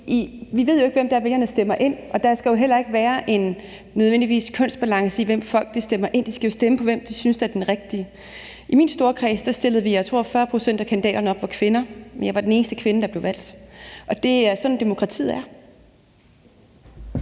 Vi ved jo ikke, hvem vælgerne stemmer ind, og der skal jo heller ikke nødvendigvis være en kønsbalance, i forhold til hvem folk stemmer ind; de skal jo stemme på den, de synes er den rigtige. I min storkreds var, tror jeg, 40 pct. af kandidaterne kvinder, men jeg var den eneste kvinde, der blev valgt. Og det er sådan, demokratiet er.